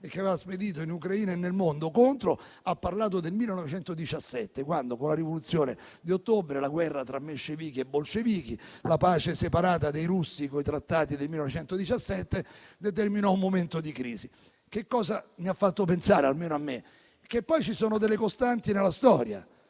e che aveva spedito in Ucraina e nel mondo, ha parlato del 1917, quando con la rivoluzione di ottobre, la guerra tra menscevichi e bolscevichi, la pace separata dei russi con i trattati del 1917, si determinò un momento di crisi. Tutto questo, almeno a me, ha fatto pensare che ci sono delle costanti nella storia.